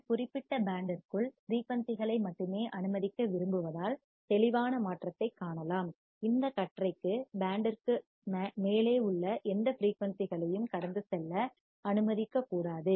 இந்த குறிப்பிட்ட பேண்ட் ற்குள் ஃபிரீயூன்சிகளை மட்டுமே அனுமதிக்க விரும்புவதால் தெளிவான மாற்றத்தைக் காணலாம் இந்த கற்றைக்கு பேண்ட் ற்கு மேலே உள்ள எந்த ஃபிரீயூன்சிகளையும் கடந்து செல்ல அனுமதிக்கக்கூடாது